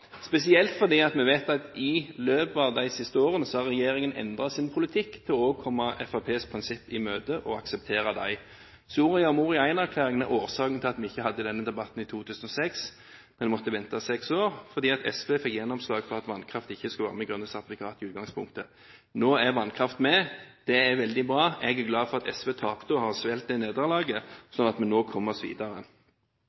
spesielt fordi vi vet at i løpet av de siste årene har regjeringen endret sin politikk til å komme Fremskrittspartiets prinsipper i møte og akseptere dem. Soria Moria I-erklæringen er årsaken til at vi ikke hadde denne debatten i 2006, men måtte vente i seks år, fordi SV fikk gjennomslag for at vannkraft i utgangspunktet ikke skulle være med i grønne sertifikater. Nå er vannkraft med, det er veldig bra. Jeg er glad for at SV tapte og har svelget nederlaget, slik at vi nå kommer oss videre. Men det